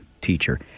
teacher